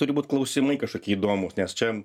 turi būt klausimai kažkokie įdomūs nes čia